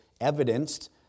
evidenced